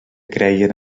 creien